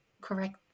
correct